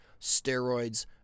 Steroids